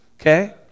okay